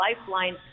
lifeline